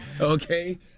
Okay